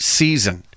season